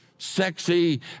sexy